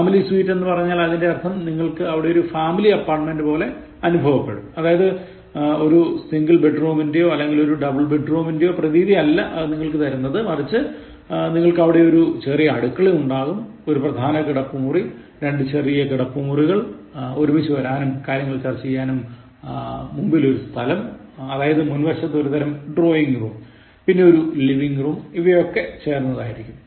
family suite എന്ന് പറഞ്ഞാൽ അതിൻറെ അർഥം നിങ്ങൾക്ക് അവിടെ ഒരു ഫാമിലി അപാർട്ട്മെന്റ് പോലെ അനുഭവപ്പെടും അതായത് ഒരു സിംഗിൾ ബെഡ്റൂമിന്റെയോ അല്ലെങ്കിൽ ഒരു ഡബിൾ ബെഡ്റൂമിന്റെയോ പ്രതീതി അല്ല അത് നിങ്ങൾക്ക് തരുന്നത് മറിച്ച് നിങ്ങൾക്ക് അവിടെ ഒരു ചെറിയ അടുക്കള ഉണ്ടാകും ഒരു പ്രധാന കിടപ്പുമുറി രണ്ട് ചെറിയ കിടപ്പുമുറികൾ ഒരുമിച്ചു വരാനും കാര്യങ്ങൾ ചർച്ച ചെയ്യാനും മുമ്പിൽ ഒരു സ്ഥലം അതായത് മുൻവശത്ത് ഒരു തരം ഡ്രോയിംഗ് റൂം പിന്നെ ഒരു ലിവിംഗ് റൂം ഇവയൊക്കെ ചേർന്നതായിരിക്കും